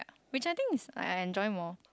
which I think is I I enjoy more